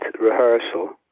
rehearsal